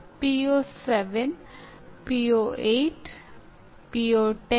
ಈಗ ಅಸೆಸ್ಮೆಂಟ್ ಅಥವಾ ಅಂದಾಜುವಿಕೆ ಎಂಬ ಇನ್ನೊಂದು ವಿಷಯಕ್ಕೆ ಬರೋಣ